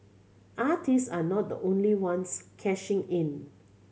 artists are not the only ones cashing in